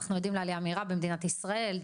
אנחנו עדים לעלייה מהירה במדינת ישראל.